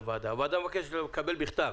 הוועדה מבקשת לקבל בכתב